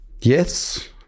Yes